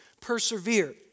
persevere